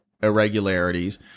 irregularities